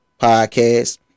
podcast